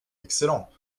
excellent